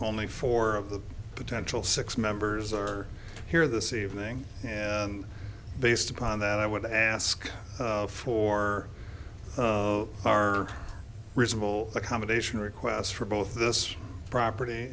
only four of the potential six members are here this evening and based upon that i would ask for our reasonable accommodation requests for both this property